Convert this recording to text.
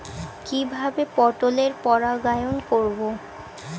কিভাবে পটলের পরাগায়ন করব?